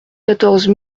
quatorze